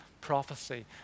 prophecy